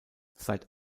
seit